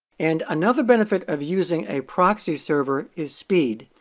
and another benefit of using a proxy server is speed.